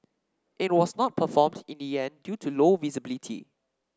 it was not performed in the end due to low visibility